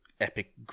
epic